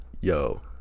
yo